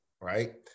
right